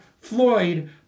Floyd